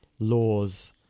Law's